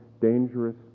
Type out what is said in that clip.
dangerous